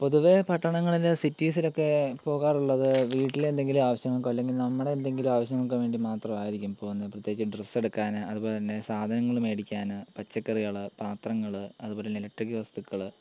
പൊതുവെ പട്ടണങ്ങളിൽ സിറ്റിസിലൊക്കെ പോകാറുള്ളത് വീട്ടില് എന്തെങ്കിലും ആവശ്യങ്ങള്ക്കും അല്ലെങ്കിൽ നമ്മുടെ എന്തെങ്കിലും ആവശ്യങ്ങള്ക്കും വേണ്ടി മാത്രമായിരിക്കും പോകുന്നത് പ്രത്യേകിച്ച് ഡ്രസ്സ് എടുക്കാൻ അതുപോലെ തന്നെ സാധാനങ്ങള് മേടിക്കാൻ പച്ചക്കറികൾ പാത്രങ്ങൾ അതുപോലെ തന്നെ ഇലക്ട്രിക്ക് വസ്തുക്കൾ